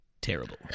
Terrible